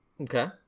Okay